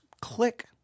click